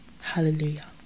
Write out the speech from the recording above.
Hallelujah